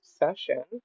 session